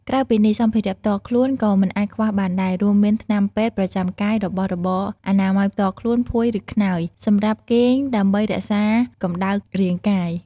ក្រៅពីនេះ សម្ភារៈផ្ទាល់ខ្លួន ក៏មិនអាចខ្វះបានដែរ រួមមាន ថ្នាំពេទ្យប្រចាំកាយ របស់របរអនាម័យផ្ទាល់ខ្លួន ភួយ ឬ ក្នើយ សម្រាប់គេងដើម្បីរក្សាកម្ដៅរាងកាយ។